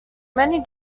many